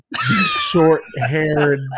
short-haired